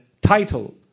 title